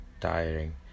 tiring